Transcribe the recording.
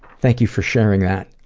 thank you for sharing that.